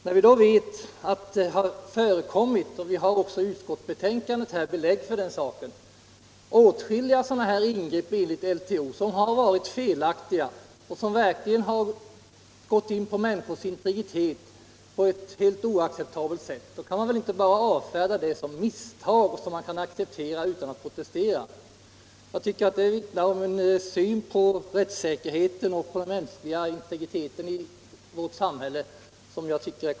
När vi vet att det har förekommit — och vi har också 1 utskottsbetänkandet belägg för den saken — åtskilliga ingrepp enligt LTO som har varit felaktiga och som verkligen har kränkt människors integritet på ett helt oacceptabelt sätt, kan man väl inte bara avfärda det som misstag som man kan acceptera utan att protestera. Sådant tycker Jag vittnar om en konstig syn på rättssäkerheten och på den mänskliga integriteten i vårt samhälle.